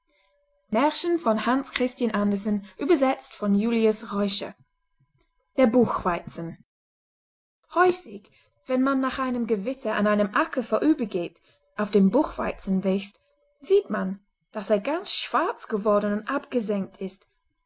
der buchweizen häufig wenn man nach einem gewitter an einem acker vorübergeht auf dem buchweizen wächst sieht man daß er ganz schwarz geworden und abgesengt ist